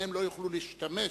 הם לא יוכלו להתגייס.